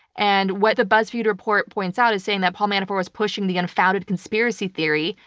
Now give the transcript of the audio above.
and what the buzzfeed report points out is saying that paul manafort was pushing the unfounded conspiracy theory,